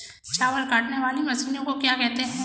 चावल काटने वाली मशीन को क्या कहते हैं?